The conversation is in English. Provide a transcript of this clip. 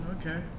Okay